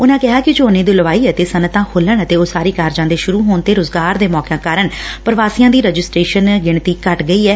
ਉਨਾਂ ਕਿਹਾ ਕਿ ਝੋਨੇ ਦੀ ਲੁਆਈ ਅਤੇ ਸਨੱਤਆਂ ਖੁਲੁਣ ਅਤੇ ਉਸਾਰੀ ਕਾਰਜਾਂ ਦੇ ਸੁਰੁ ਹੋਣ ਤੇ ਰੁਜ਼ਗਾਰ ਦੇ ਮੌਕਿਆਂ ਕਾਰਨ ਪ੍ਰਵਾਸੀਆਂ ਦੀ ਰਜਿਸਟਰੇਸ਼ਨ ਗਿਣਤੀ ਘੱਟ ਗਈ ਐ